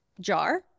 jar